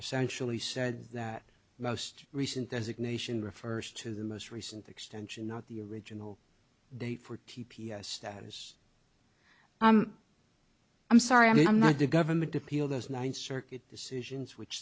essentially said that the most recent designation refers to the most recent extension not the original day for t p s status i'm sorry i mean i'm not the government appeal those ninth circuit decisions which